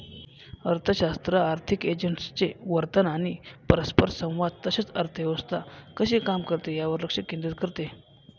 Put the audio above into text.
अर्थशास्त्र आर्थिक एजंट्सचे वर्तन आणि परस्परसंवाद तसेच अर्थव्यवस्था कशी काम करते यावर लक्ष केंद्रित करते